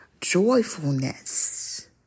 joyfulness